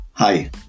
Hi